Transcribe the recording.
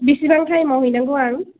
बेसेबां थाइमआव हैनांगौ आं